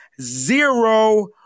zero